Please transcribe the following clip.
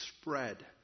spread